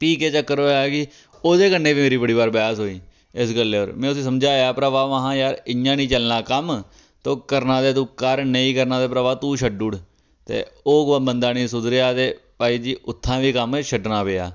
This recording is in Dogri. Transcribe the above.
फ्ही केह् चक्कर होएआ कि ओह्दे कन्नै बी मेरी बड़े बारी बैह्स होई इस गल्ले'र में उसी समझाया भ्रावा महां जार इ'यां नी चलना कम्म तो करना तू कर नेईं करना ते भ्रावा तू छड्डुड़ ते ओह् कुतै बंदा नी सुधरेआ ते भाई जी उत्थां बी कम्म छड्डना पेआ